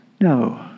No